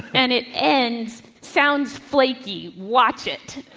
and it ends, sounds flaky. watch it.